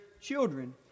children